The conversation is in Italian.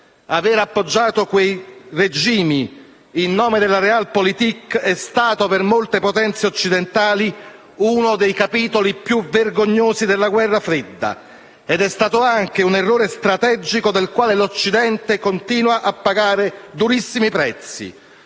Avere appoggiato quei regimi in nome della *realpolitik* è stato per molte potenze occidentali uno dei capitoli più vergognosi della guerra fredda ed è stato anche un errore strategico per il quale l'Occidente continua a pagare durissimi prezzi.